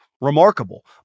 remarkable